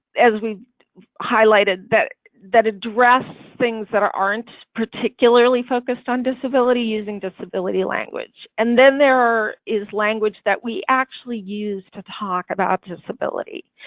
as we've highlighted that that address things that aren't particularly focused on disability using disability language, and then there is language that we actually use to talk about disability